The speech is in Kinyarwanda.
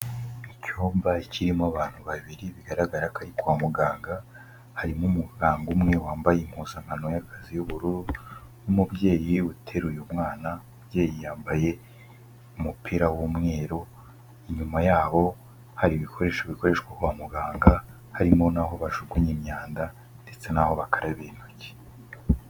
Icyumba kirimo abantu babiri bigaragara ko ari kwa muganga, harimo umuganga umwe wambaye impuzankano y'akazi y'ubururu n'umubyeyi uteruye umwana, umubyeyi yambaye umupira w'umweru, inyuma yabo hari ibikoresho bikoreshwa kwa muganga harimo n'aho bajugunya imyanda ndetse naho bakarabira intoki.